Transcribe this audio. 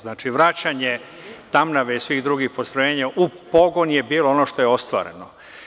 Znači, vraćanje „Tamnave“ i svih drugih postrojenja u pogon je bilo ono što je ostvareno.